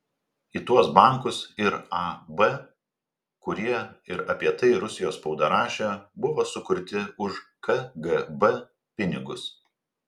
į tuos bankus ir ab kurie ir apie tai rusijos spauda rašė buvo sukurti už kgb pinigus